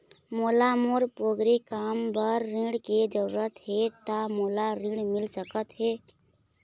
मोला मोर पोगरी काम बर ऋण के जरूरत हे ता मोला ऋण मिल सकत हे?